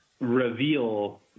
reveal